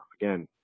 again